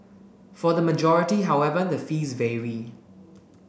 for the majority however the fees vary